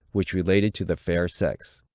which related to the fair sex.